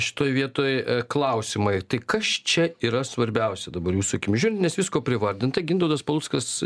šitoj vietoj klausimai tai kas čia yra svarbiausia dabar jūsų akim žiūrint nes visko privardinta gintautas paluckas